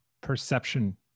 perception